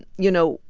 you know,